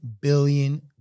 billion